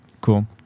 cool